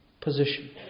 position